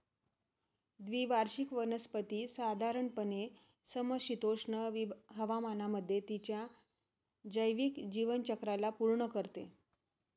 द्विवार्षिक वनस्पती साधारणपणे समशीतोष्ण हवामानामध्ये तिच्या जैविक जीवनचक्राला पूर्ण करते